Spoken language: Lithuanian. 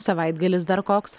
savaitgalis dar koks